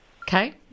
Okay